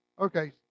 Okay